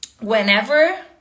whenever